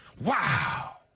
Wow